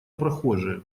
прохожие